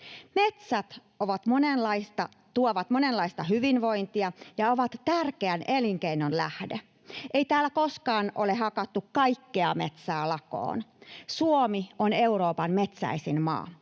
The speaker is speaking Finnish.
Metsät tuovat monenlaista hyvinvointia ja ovat tärkeän elinkeinon lähde. Ei täällä koskaan ole hakattu kaikkea metsää lakoon. Suomi on Euroopan metsäisin maa.